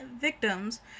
victims